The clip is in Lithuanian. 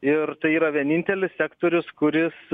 ir tai yra vienintelis sektorius kuris